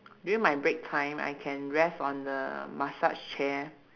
during my break time I can rest on the massage chair